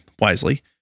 wisely